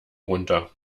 runter